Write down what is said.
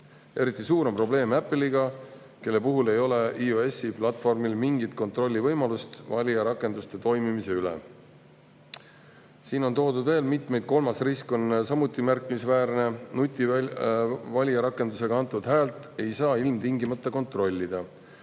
Eriti suur on probleem Apple'iga, kelle puhul ei ole iOS‑i platvormil mingit kontrollivõimalust valijarakenduste toimimise üle. Siin on toodud veel mitmeid [riske]. Kolmas risk on samuti märkimisväärne: nutivalijarakendusega antud häält ei saa ilmtingimata kontrollida.